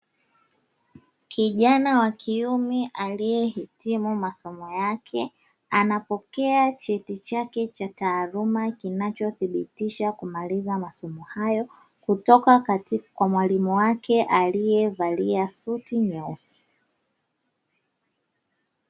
Kijana wa kiume aliyehitimu masomo yake, anapokea cheti chake cha taaluma kinachodhibitisha kumaliza masomo hayo, kutoka kwa mwalimu wake aliyevalia suti nyeusi.